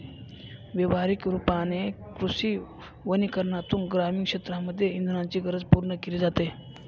व्यवहारिक रूपाने कृषी वनीकरनातून ग्रामीण क्षेत्रांमध्ये इंधनाची गरज पूर्ण केली जाते